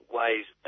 ways